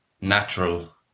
natural